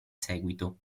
seguito